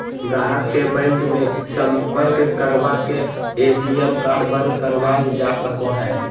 गाहक के बैंक मे सम्पर्क करवा के ए.टी.एम कार्ड बंद करावल जा सको हय